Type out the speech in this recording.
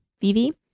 Vivi